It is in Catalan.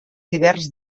hiverns